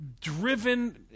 driven